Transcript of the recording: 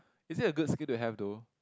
is it a good skill to have though